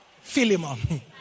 Philemon